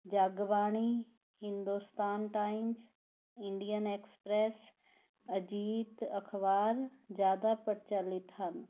ਜੱਗ Bani Hindustan Times Indian Express Ajit ਅਖਬਾਰ ਜਿਆਦਾ ਪ੍ਰਚਲਿਤ ਹਨ